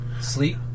sleep